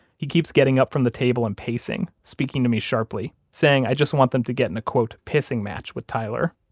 he keeps getting up from the table and pacing, speaking to me sharply, saying, i just want them to get in a, quote, pissing match with tyler.